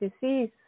disease